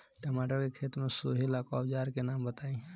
टमाटर के खेत सोहेला औजर के नाम बताई?